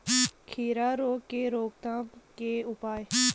खीरा रोग के रोकथाम के उपाय?